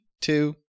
two